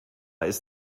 ist